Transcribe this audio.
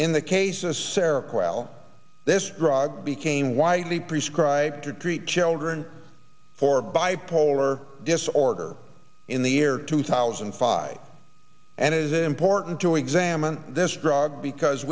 in the cases serach well this drug became widely prescribed to treat children for bipolar disorder in the year two thousand and five and it is important to examine this drug because